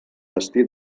destí